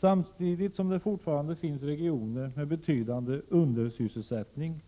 Samtidigt som det fortfarande finns regioner med betydande undersyssel sättning,